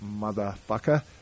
Motherfucker